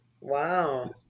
Wow